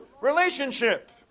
relationship